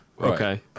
Okay